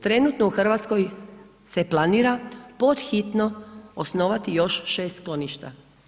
Trenutno u Hrvatskoj se planira pod hitno osnovati još 6 skloništa.